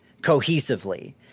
cohesively